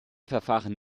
verfahren